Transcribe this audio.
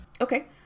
Okay